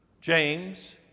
James